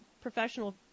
professional